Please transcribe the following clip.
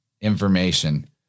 information